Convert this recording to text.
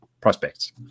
prospects